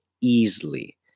easily